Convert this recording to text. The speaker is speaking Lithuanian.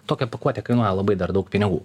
tokia pakuotė kainuoja labai dar daug pinigų